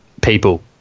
people